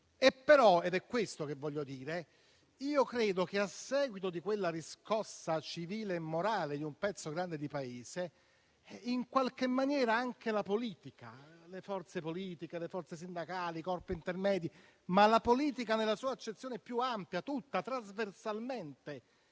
credo - ed è questo che voglio dire - che a seguito di quella riscossa civile e morale di un pezzo grande di Paese, anche la politica, le forze politiche, le forze sindacali i corpi intermedi, la politica nella sua accezione più ampia, tutta e trasversalmente,